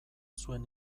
zuen